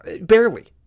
barely